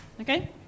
Okay